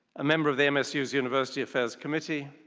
a member of the msu's university affairs committee,